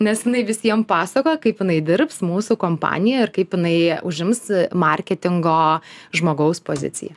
nes jinai visiem pasakoja kaip jinai dirbs mūsų kompanijoj ir kaip jinai užims marketingo žmogaus poziciją